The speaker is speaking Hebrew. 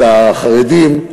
את החרדים,